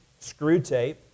Screwtape